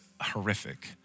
horrific